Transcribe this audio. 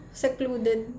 secluded